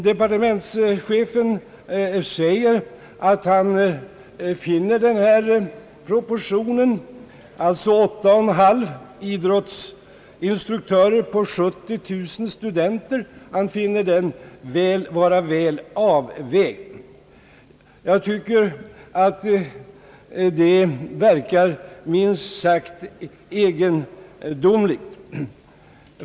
Departementschefen anför att han finner denna proportion — alltså åtta och en halv idrottsinstruktör på 70 000 studenter — vara väl avvägd. Jag tycker att detta verkar minst sagt egendomligt.